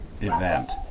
event